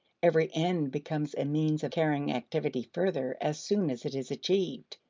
every end becomes a means of carrying activity further as soon as it is achieved.